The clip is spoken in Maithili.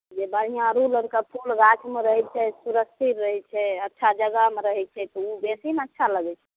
जे बढ़िऑं अरहुल आरके फूल गाछमे रहै छै सुरक्षित रहै छै अच्छा जगहमे रहै छै तऽ ओ बेसी ने अच्छा लगै छै